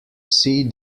see